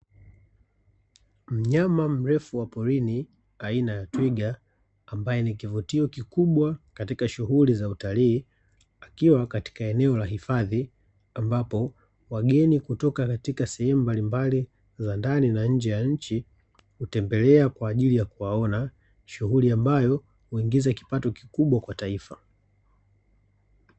Mnyama mrefu wa porini aina ya twiga ambaye ni kivutio kikubwa katika shughuli za utalii, akiwa katika eneo la hifadhi ambapo, wageni kutoka katika sehemu mbalimbali za ndani na nje ya nchi, hutembelea kwa ajili ya kuwaona; shughuli ambayo huingiza kipato kikubwa kwa taifa.